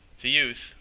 the youth,